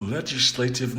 legislative